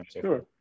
Sure